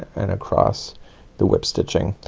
and across the whip stitching.